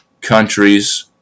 countries